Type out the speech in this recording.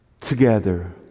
together